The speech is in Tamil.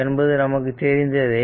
என்பது நமக்கு தெரிந்ததே